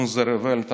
אונזער וועלט,